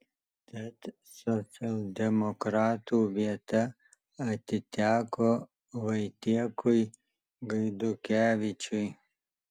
tad socialdemokratų vieta atiteko vaitiekui gaidukevičiui